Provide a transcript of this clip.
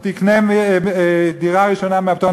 זו תרצה לרכוש דירות חדשות, תודה.